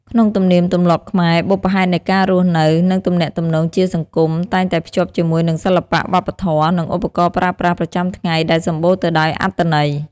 ក្នុងទំនៀមទម្លាប់ខ្មែរ បុព្វហេតុនៃការរស់នៅ និងទំនាក់ទំនងជាសង្គមតែងតែភ្ជាប់ជាមួយនឹងសិល្បៈវប្បធម៌ និងឧបករណ៍ប្រើប្រាស់ប្រចាំថ្ងៃដែលសម្បូរទៅដោយអត្ថន័យ។